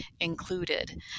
included